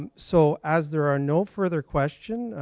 and so as there are no further question,